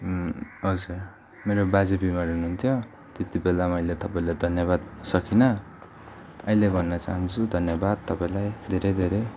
हजुर मेरो बाजे बिमार हुनु हुन्थ्यो त्यति बेला मैले तपाईँलाई धन्यवाद सकिनँ अहिले भन्न चाहन्छु धन्यवाद तपाईँलाई धेरै धेरै